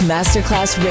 Masterclass